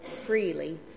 freely